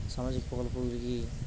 সামাজিক প্রকল্পগুলি কি কি?